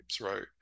right